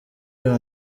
you